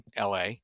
LA